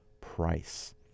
price